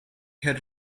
had